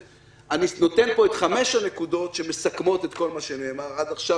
אני מציג פה את חמש הנקודות שמסכמות את כל מה שנאמר עד עכשיו,